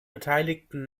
beteiligten